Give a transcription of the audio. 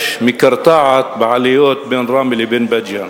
מקרטעת בעליות בין ראמה לבין בית-ג'ן.